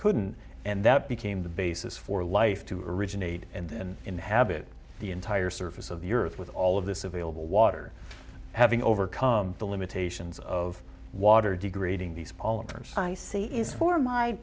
couldn't and that became the basis for life to originate and inhabit the entire surface of the earth with all of this available water having overcome the limitations of water degrading these